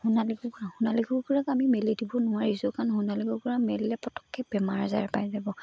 সোণালী কুকুৰা সোণালী কুকুৰাক আমি মেলি দিব নোৱাৰিছোঁ কাৰণ সোণালী কুকুৰা মেলিলে পটককৈ বেমাৰ আজাৰে পাই যাব